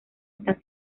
están